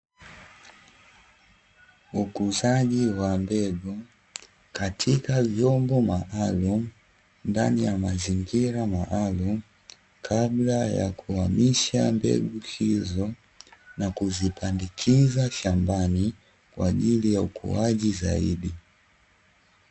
Ukuzaji wa mbegu katika vyombo maalumu, ndani ya mazingira maalumu kabla ya kuhamisha mbegu hizo na kuzipandikiza shambani kwa ajili ya ukuaji zaidi.